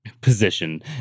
position